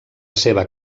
seva